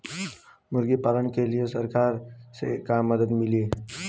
मुर्गी पालन के लीए सरकार से का मदद मिली?